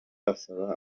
asaba